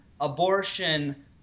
abortion